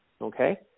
Okay